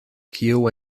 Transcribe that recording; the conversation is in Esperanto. kio